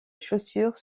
chaussures